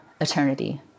eternity